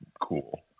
cool